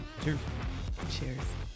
Cheers